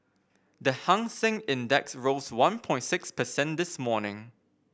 the Hang Seng Index rose one point six percent this morning